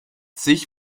sich